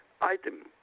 item